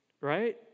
Right